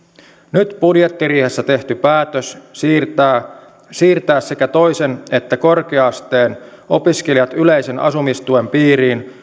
nyt budjettiriihessä tehty päätös siirtää sekä toisen että korkean asteen opiskelijat yleisen asumistuen piiriin